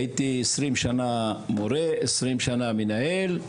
הייתי עשרים שנה מורה, עשרים שנה מנהל,